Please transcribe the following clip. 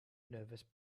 nervous